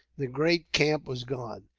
the great camp was gone.